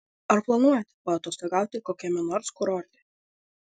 ar planuojate paatostogauti kokiame nors kurorte